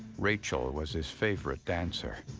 rachel was his favorite dancer.